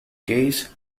case